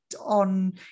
on